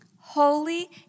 holy